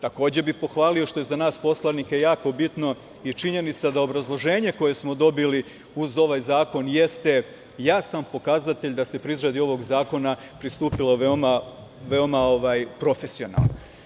Takođe bih pohvalio, što je za nas poslanike jako bitno, činjenicu da obrazloženje koje smo dobili uz ovaj zakon, jeste jasan pokazatelj da se izradi ovog zakona pristupilo veoma profesionalno.